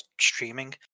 streaming